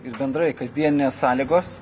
ir bendrai kasdieninės sąlygos